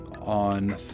On